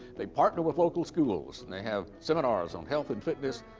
they partner with local schools, and they have seminars on health and fitness,